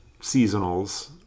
seasonals